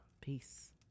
Peace